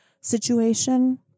situation